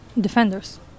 defenders